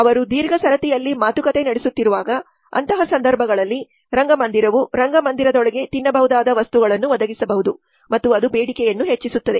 ಅವರು ದೀರ್ಘ ಸರತಿಯಲ್ಲಿ ಮಾತುಕತೆ ನಡೆಸುತ್ತಿರುವಾಗ ಅಂತಹ ಸಂದರ್ಭಗಳಲ್ಲಿ ರಂಗಮಂದಿರವು ರಂಗಮಂದಿರದೊಳಗೆ ತಿನ್ನಬಹುದಾದ ವಸ್ತುಗಳನ್ನು ಒದಗಿಸಬಹುದು ಮತ್ತು ಅದು ಬೇಡಿಕೆಯನ್ನು ಹೆಚ್ಚಿಸುತ್ತದೆ